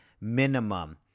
minimum